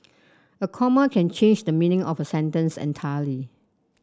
a comma can change the meaning of a sentence entirely